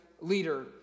leader